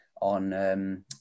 on